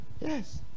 Yes